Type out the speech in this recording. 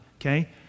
Okay